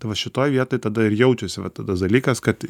tai va šitoj vietoj tada ir jaučiasi va tada tas dalykas kad